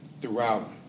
throughout